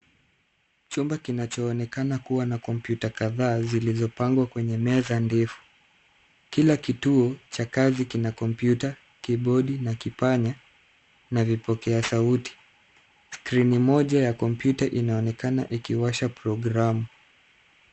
Chumba kinachonekana kuwa na kompyuta kadhaa zilizopangwa kwenye meza ndefu . Kila kituo cha kazi kina kompyuta ,kibodi na kipanya na vipokea sauti. Skrini moja ya kompyuta inaonekana ikiwasha programu.